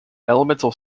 elemental